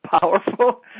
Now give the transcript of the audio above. powerful